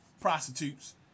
prostitutes